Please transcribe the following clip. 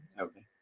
Okay